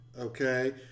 okay